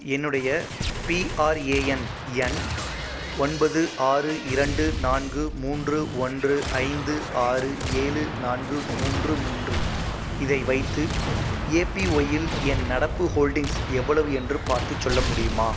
என்னுடைய பிஆர்ஏஎன் எண் ஒன்பது ஆறு இரண்டு நான்கு மூன்று ஒன்று ஐந்து ஆறு ஏழு நான்கு மூன்று மூன்று இதை வைத்து ஏபிஒய் இல் என் நடப்பு ஹோல்டிங்ஸ் எவ்வளவு என்று பார்த்துச் சொல்ல முடியுமா